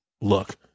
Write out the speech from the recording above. look